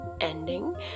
ending